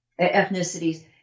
ethnicities